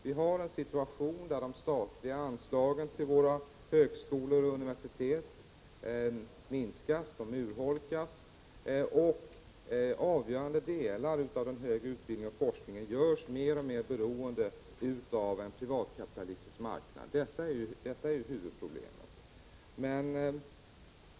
Vi har en situation där de statliga anslagen till högskolor och universitet urholkas. Avgörande delar av den högre utbildningen och forskningen görs mer och mer beroende av en privatkapitalistisk marknad. Detta är huvudproblemet.